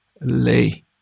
lay